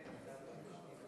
אדוני,